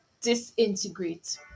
disintegrate